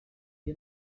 què